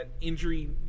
injury